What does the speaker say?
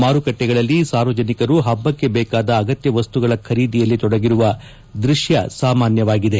ಮಾರುಕಟ್ಟೆಗಳಲ್ಲಿ ಸಾರ್ವಜನಿಕರು ಪಬ್ಪಕ್ಕೆ ಬೇಕಾದ ಅಗತ್ಯ ವಸ್ತುಗಳ ಖರೀದಿಯಲ್ಲಿ ತೊಡಗಿರುವ ದೃಶ್ಯ ಸಾಮಾನ್ಯವಾಗಿದೆ